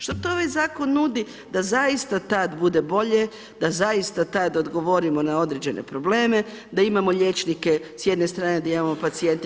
Što to ovaj zakon nudi da zaista tada bude bolje, da zaista tad odgovorimo na određene probleme, da imamo liječnike s jedne strane da imamo pacijente.